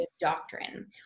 doctrine